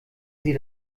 sie